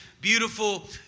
beautiful